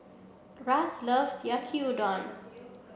Ras loves Yaki Udon